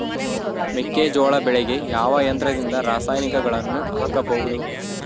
ಮೆಕ್ಕೆಜೋಳ ಬೆಳೆಗೆ ಯಾವ ಯಂತ್ರದಿಂದ ರಾಸಾಯನಿಕಗಳನ್ನು ಹಾಕಬಹುದು?